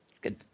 Good